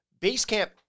Basecamp